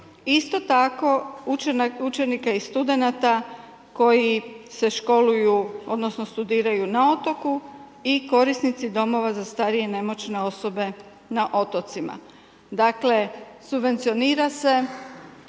isto tako, učenika i studenata koji se školuju, odnosno studiraju na otoku i korisnici domova za starije i nemoćne osobe na otocima. Dakle, subvencionira se